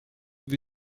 vous